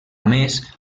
més